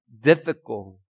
difficult